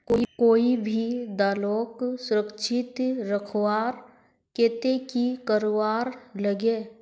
कोई भी दालोक सुरक्षित रखवार केते की करवार लगे?